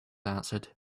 answered